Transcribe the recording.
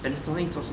Panasonic 做什么